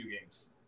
games